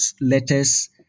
letters